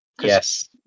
Yes